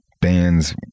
bands